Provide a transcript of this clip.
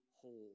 whole